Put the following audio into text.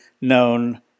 known